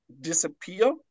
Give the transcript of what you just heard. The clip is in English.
disappear